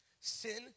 sin